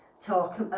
talk